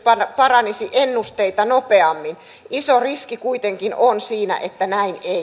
paranisi ennusteita nopeammin iso riski kuitenkin on siinä että näin ei